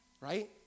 right